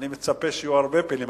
אני מצפה שיהיו הרבה פעילים.